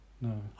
No